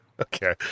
Okay